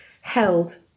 held